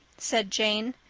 said jane.